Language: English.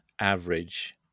average